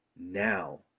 Now